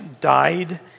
died